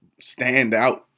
standout